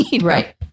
Right